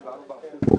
בשעה 14:00.